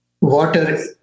Water